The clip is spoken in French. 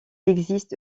existe